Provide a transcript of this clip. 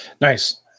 Nice